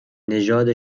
نژاد